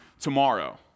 tomorrow